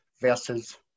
versus